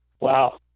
Wow